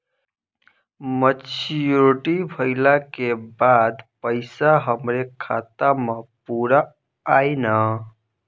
Maturity भईला के बाद पईसा हमरे खाता म पूरा आई न?